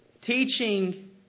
teaching